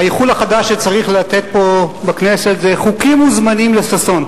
האיחול החדש שצריך לתת פה בכנסת זה: חוקים וזמנים לששון.